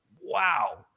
Wow